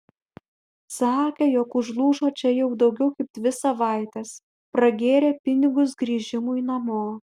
sakė jog užlūžo čia jau daugiau kaip dvi savaites pragėrė pinigus grįžimui namo